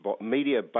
media